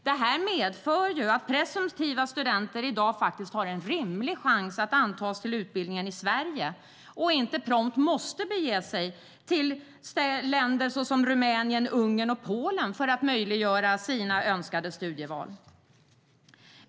Detta medför att presumtiva studenter i dag faktiskt har en rimlig chans att antas till utbildningen i Sverige och inte prompt måste bege sig till länder såsom Rumänien, Ungern och Polen för att möjliggöra sina önskade studieval.